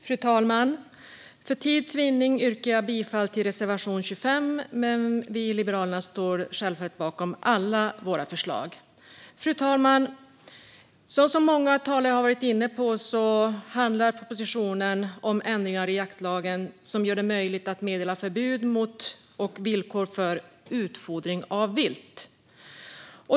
Fru talman! För tids vinnande yrkar jag bifall endast till reservation 25, men vi i Liberalerna står självfallet bakom alla våra förslag. Som många talare har varit inne på handlar propositionen om ändringar i jaktlagen som gör det möjligt att meddela förbud mot och villkor för utfodring av vilt.